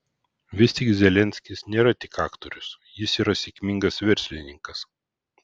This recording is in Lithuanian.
vis tik zelenskis nėra tik aktorius jis yra sėkmingas verslininkas